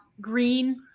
green